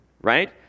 Right